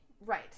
right